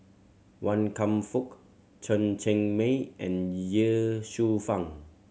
Wan Kam Fook Chen Cheng Mei and Ye Shufang